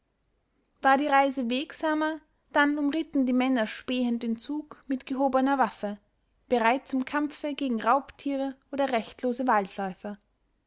war die reise wegsamer dann umritten die männer spähend den zug mit gehobener waffe bereit zum kampfe gegen raubtiere oder rechtlose